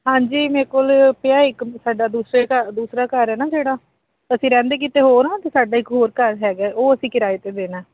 ਹਾਂਜੀ ਮੇਰੇ ਕੋਲ ਪਿਆ ਇੱਕ ਸਾਡਾ ਦੂਸਰੇ ਘਰ ਦੂਸਰਾ ਘਰ ਹੈ ਨਾ ਜਿਹੜਾ ਅਸੀਂ ਰਹਿੰਦੇ ਕਿਤੇ ਹੋਰ ਹਾਂ ਅਤੇ ਸਾਡਾ ਇੱਕ ਹੋਰ ਘਰ ਹੈਗਾ ਉਹ ਅਸੀਂ ਕਿਰਾਏ 'ਤੇ ਦੇਣਾ